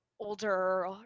older